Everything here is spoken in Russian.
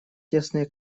тесные